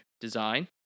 design